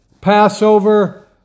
Passover